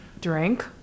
drink